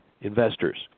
investors